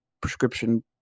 prescription